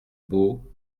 beau